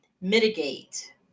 mitigate